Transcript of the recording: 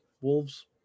wolves